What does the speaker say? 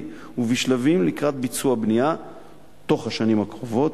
ובשלבים לקראת ביצוע בנייה תוך השנים הקרובות,